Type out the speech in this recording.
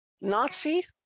nazi